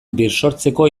birsortzeko